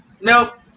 Nope